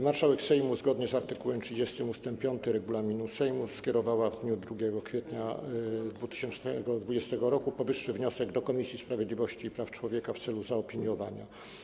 Marszałek Sejmu, zgodnie z art. 30 ust. 5 regulaminu Sejmu, skierowała w dniu 2 kwietnia 2020 r. powyższy wniosek do Komisji Sprawiedliwości i Praw Człowieka w celu zaopiniowania.